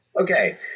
Okay